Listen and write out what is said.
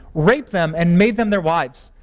raped them, and made them their wives.